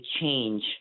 change